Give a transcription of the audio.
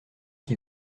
qui